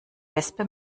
wespe